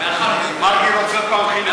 מאחר, מרגי רוצה עוד פעם חינוך.